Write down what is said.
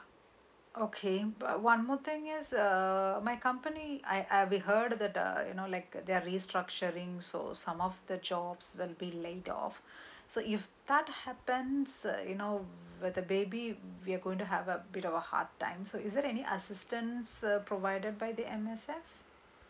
okay but one more thing is uh my company I I we heard that you know like they're restructuring so some of the jobs there'll be laid off so if that happens uh you know with the baby we are going to have a bit of a hard time so is there any assistance uh provided by the S_M_F